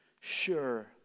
sure